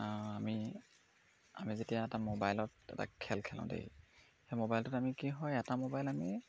আমি আমি যেতিয়া এটা মোবাইলত এটা খেল খেলোঁ দেই সেই মোবাইলটোত আমি কি হয় এটা মোবাইল আমি